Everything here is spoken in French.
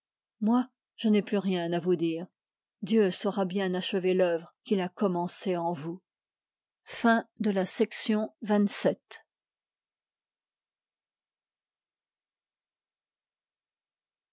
moi je n'ai plus rien à vous dire dieu saura bien achever l'œuvre qu'il a commencée en vous